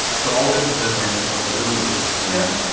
so all discipline went because a little bit of discipline yeah went.